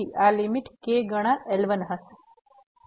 તેથી આ limit k ગણા L1 હશે